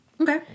Okay